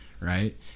right